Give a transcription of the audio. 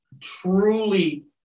truly